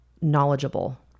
knowledgeable